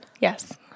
Yes